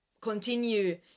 continue